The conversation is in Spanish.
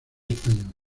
español